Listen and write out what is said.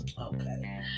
Okay